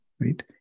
Right